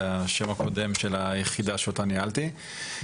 זה השם הקודם של היחידה שאותה ניהלתי.